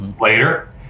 later